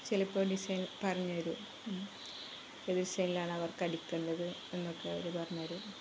ചിലപ്പോള് ഡിസൈൻ പറഞ്ഞുതരും ഏത് ഡിസൈനിലാണ് അവർക്കടിക്കണ്ടത് എന്നൊക്കെ അവര് പറഞ്ഞുതരും